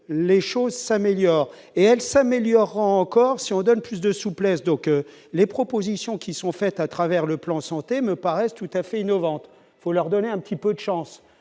les choses s'améliorent et elles s'améliorent encore si on donne plus de souplesse, donc les propositions qui sont faites à travers le plan santé me paraissent tout à fait innovante pour leur donner un petit peu d'chance